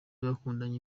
bakundanye